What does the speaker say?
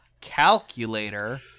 calculator